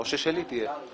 הזה?